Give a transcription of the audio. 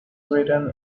written